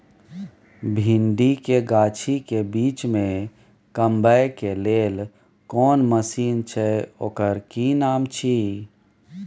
भिंडी के गाछी के बीच में कमबै के लेल कोन मसीन छै ओकर कि नाम छी?